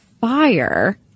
fire